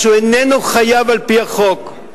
מה שהוא איננו חייב על-פי החוק.